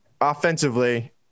offensively